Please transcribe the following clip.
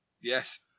Yes